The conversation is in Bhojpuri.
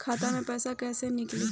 खाता से पैसा कैसे नीकली?